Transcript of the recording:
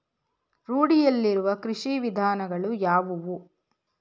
ರೂಢಿಯಲ್ಲಿರುವ ಕೃಷಿ ವಿಧಾನಗಳು ಯಾವುವು?